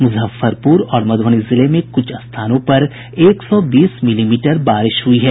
मुजफ्फरपुर और मधुबनी जिले में भी कुछ स्थानों पर एक सौ बीस मिलीमीटर बारिश हुई है